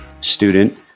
student